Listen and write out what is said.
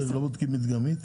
אתם לא בודקים מדגמית?